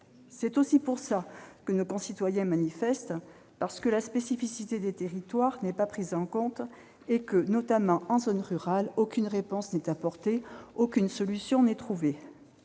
C'est aussi pour cette raison que nos concitoyens manifestent : parce que la spécificité des territoires n'est pas prise en compte et que, notamment, en zone rurale, aucune réponse n'est apportée, aucune solution n'est trouvée.